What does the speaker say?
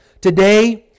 Today